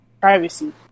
privacy